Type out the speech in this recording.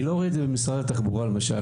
אני לא רואה את זה במשרד התחבורה למשל.